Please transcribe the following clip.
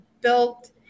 built